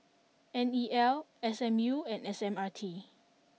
N E L S M U and S M R T